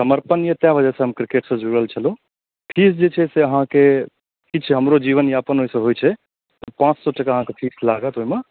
समर्पण अइ ताहि वजहसँ हम क्रिकेटसँ जुड़ल छलहुँ फीस जे छै से अहाँके ठीक छै हमरो जीवन यापन ओहिसँ होइ छै पाँच सओ टका अहाँके फीस लागत ओहिमे